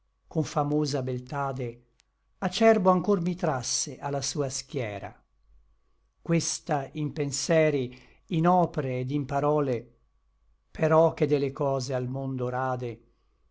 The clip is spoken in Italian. con famosa beltade acerbo anchor mi trasse a la sua schiera questa in penseri in opre et in parole però ch'è de le cose al mondo rade